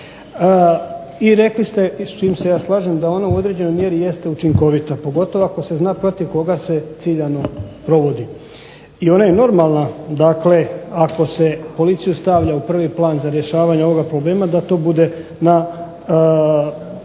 I rekli ste s čim se ja slažem da ona u određenoj mjeri jeste učinkovita, pogotovo ako se zna protiv koga se ciljano provodi. I ona je normalna, dakle ako se policiju stavlja u prvi plan za rješavanje ovoga problema da to bude na